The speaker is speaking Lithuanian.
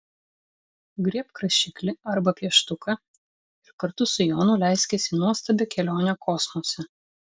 griebk rašiklį arba pieštuką ir kartu su jonu leiskis į nuostabią kelionę kosmose